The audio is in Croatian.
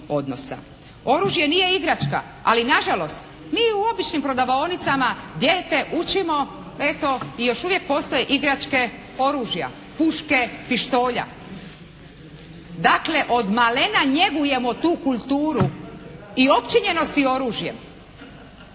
Oružje nije igračka, ali na žalost mi u običnim prodavaonicama dijete učimo eto i još uvijek postoje igračke oružja – puške, pištolja. Dakle, od malena njegujemo tu kulturu i opčinjenosti oružjem.